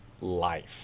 life